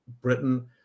Britain